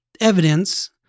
evidence